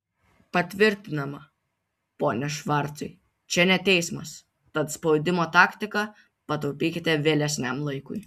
patvirtinama pone švarcai čia ne teismas tad spaudimo taktiką pataupykite vėlesniam laikui